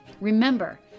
Remember